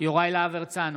יוראי להב הרצנו,